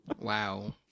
Wow